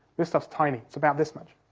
this stuff's tiny, it's about this much.